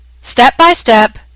step-by-step